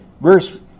verse